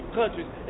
countries